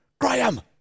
Graham